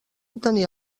tenia